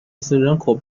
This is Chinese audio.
斯人口